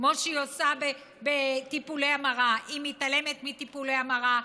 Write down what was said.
כמו שהיא עושה בטיפולי המרה: היא מתעלמת מטיפולי המרה,